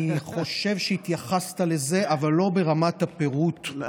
אני חושב שהתייחסת לזה, אבל לא ברמת הפירוט כאן.